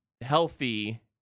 healthy